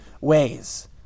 ways